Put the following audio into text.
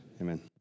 Amen